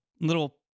little